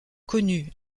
connu